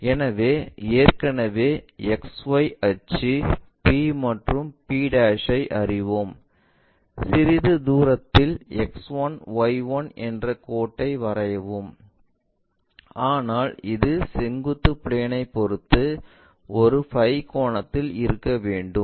எனவே ஏற்கனவே XY அச்சு p மற்றும் p ஐ அறிவோம் சிறிது தூரத்தில் X1 Y1 என்ற கோட்டை வரையவும் ஆனால் இது செங்குத்து பிளேன் ஐ பொறுத்து ஒரு பை கோணத்தில் இருக்க வேண்டும்